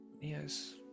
Yes